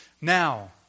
Now